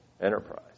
enterprise